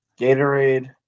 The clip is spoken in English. Gatorade